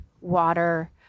water